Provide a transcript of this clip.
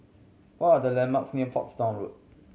what are the landmarks near Portsdown Road